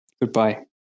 goodbye